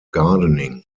gardening